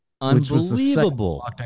Unbelievable